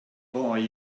boy